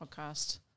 podcast